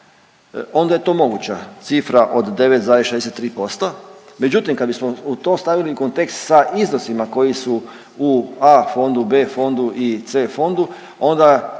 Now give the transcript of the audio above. onda je to moguća cifra od 9,63% međutim kad bismo to stavili u kontekst sa iznosima koji su u A fondu, B fondu i C fondu,